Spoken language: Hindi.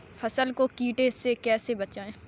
फसल को कीड़े से कैसे बचाएँ?